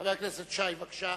חבר הכנסת שי, בבקשה.